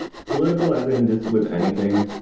political as in just with anything.